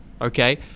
Okay